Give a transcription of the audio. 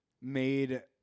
made